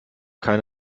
keine